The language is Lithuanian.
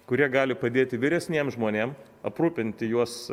kurie gali padėti vyresniem žmonėm aprūpinti juos